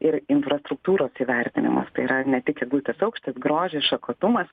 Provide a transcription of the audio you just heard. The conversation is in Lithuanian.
ir infrastruktūros įvertinimas tai yra ne tik eglutės aukštis grožis šakotumas